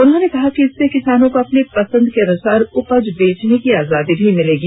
उन्होंने कहा कि इससे किसानों को अपनी पसंद के अनुसार उपज बेचने की आजादी मिलेगी